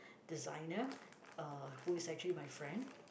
designer uh who is actually my friend